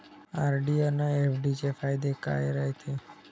RD अन FD चे फायदे काय रायते?